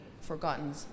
forgotten